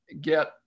get